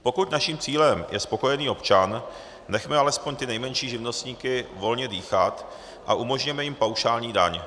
Pokud naším cílem je spokojený občan, nechme alespoň ty nejmenší živnostníky volně dýchat a umožněme jim paušální daň.